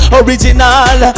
original